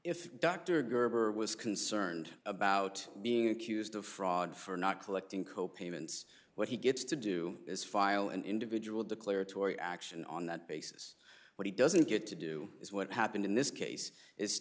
dr gerber was concerned about being accused of fraud for not collecting co payments what he gets to do is file an individual declaratory action on that basis what he doesn't get to do is what happened in this case is